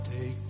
Take